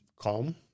calm